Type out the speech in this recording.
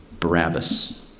Barabbas